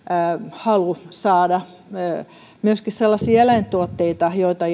halu saada myöskin sellaisia eläintuotteita joita